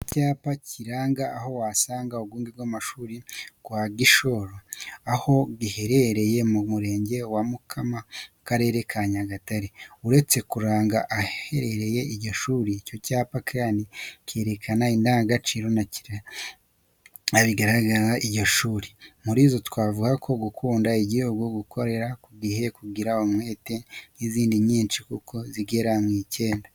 Icyapa kiranga aho wasanga urwunge rw'amashuri wa Gishororo, aho giherereye mu murenge wa Mukama mu karere ka Nyagatare. Uretse kuranga ahaherereye iryo shuri, icyo cyapa kandi kerekana indangagaciro na kirazira biranga iryo suri. Muri zo twavuga nko gukunda igihugu, gukorera ku gihe, kugira umwete n'izindi nyinshi kuko zigera ku icyenda.